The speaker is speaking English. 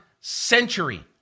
century